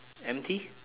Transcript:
M T